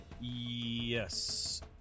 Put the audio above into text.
Yes